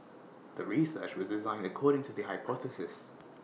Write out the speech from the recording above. the research was designed according to the hypothesis